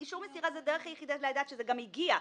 ואישור מסירה זה הדרך היחידה לדעת שזה גם הגיע,